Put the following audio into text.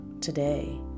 Today